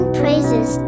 praises